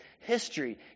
history